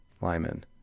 Lyman